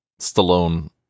Stallone